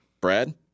Brad